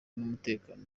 n’umutekano